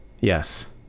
Yes